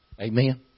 Amen